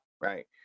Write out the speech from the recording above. right